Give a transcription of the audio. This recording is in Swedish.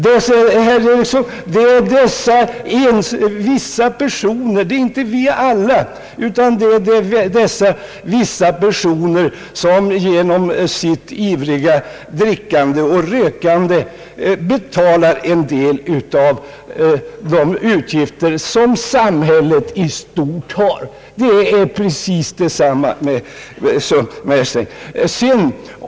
Det är inte vi alla, utan det är dessa vissa personer, som genom sitt ivriga drickande och rökande betalar en del av de utgifter som samhället i stort har. Det är precis samma sak med herr Strängs förslag.